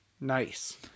nice